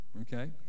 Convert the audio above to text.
okay